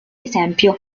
esempio